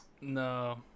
No